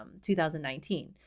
2019